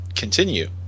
continue